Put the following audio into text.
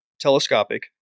telescopic